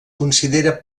considera